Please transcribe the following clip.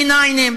D9,